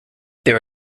there